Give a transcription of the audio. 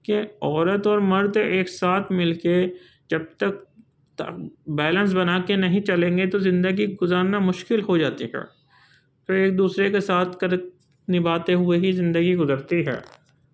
کہ عورت اور مرد ایک ساتھ مل کے جب تک تا بیلینس بنا کے نہیں چلیں گے تو زندگی گُزارنا مشکل ہو جاتی کا پھر ایک دوسرے کے ساتھ نبھاتے ہوئے ہی زندگی گُزرتی ہے